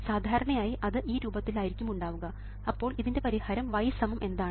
സാധാരണയായി അത് ഈ രൂപത്തിൽ ആയിരിക്കും ഉണ്ടാവുക അപ്പോൾ ഇതിൻറെ പരിഹാരം y സമം എന്താണ്